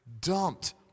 dumped